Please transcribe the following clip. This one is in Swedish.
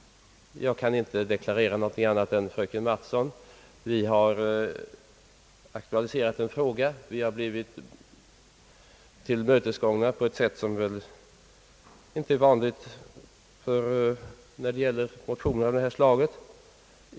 Jag kan inte deklarera någon annan uppfattning än den fröken Mattson gav uttryck åt. Vi har aktualiserat en fråga, och utskottet har tillmötesgått oss på ett sätt som inte är vanligt när det gäller motioner av detta slag.